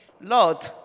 Lord